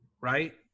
right